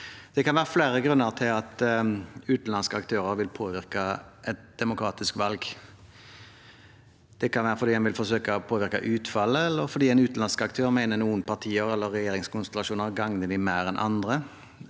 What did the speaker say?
Det kan være flere grunner til at utenlandske aktører vil påvirke et demokratisk valg. Det kan være fordi de vil forsøke å påvirke utfallet, eller fordi en utenlandsk aktør mener noen partier eller regjeringskonstellasjoner gagner dem mer enn andre.